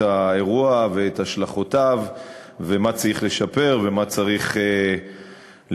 את האירוע ואת השלכותיו ומה צריך לשפר ומה צריך לתקן,